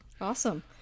awesome